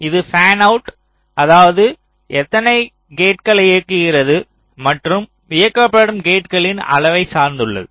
இது பேன்அவுட் அதாவது எத்தனை கேட்களை இயக்குகிறது மற்றும் இயக்கப்படும் கேட்களின் அளவை சார்ந்துள்ளது